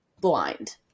blind